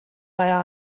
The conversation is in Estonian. vaja